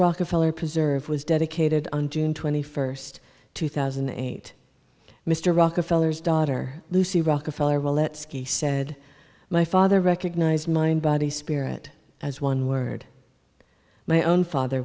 rockefeller preserve was dedicated on june twenty first two thousand and eight mr rockefeller's daughter lucy rockefeller beletski said my father recognized mind body spirit as one word my own father